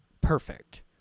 perfect